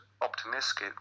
optimistic